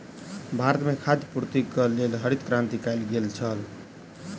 भारत में खाद्य पूर्तिक लेल हरित क्रांति कयल गेल छल